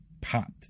popped